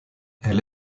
elle